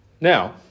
Now